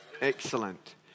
Excellent